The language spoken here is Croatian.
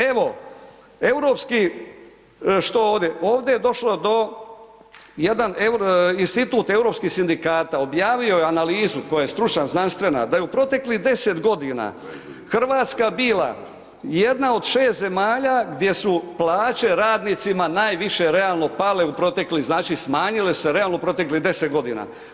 Evo, europski, što ovdje, ovdje je došlo do jedan institut europskih sindikata objavio je analizu koja je stručna, znanstvena da je u proteklih 10 godina Hrvatska bila jedna od 6 zemalja gdje su plaće radnicima najviše realno pale, znači smanjile se realno u proteklih 10 godina.